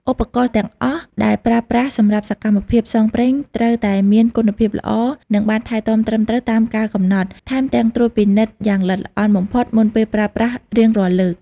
ឧបករណ៍ទាំងអស់ដែលប្រើប្រាស់សម្រាប់សកម្មភាពផ្សងព្រេង ត្រូវតែមានគុណភាពល្អ និងបានថែទាំត្រឹមត្រូវតាមកាលកំណត់ ថែមទាំងត្រួតពិនិត្យយ៉ាងល្អិតល្អន់បំផុតមុនពេលប្រើប្រាស់រៀងរាល់លើក។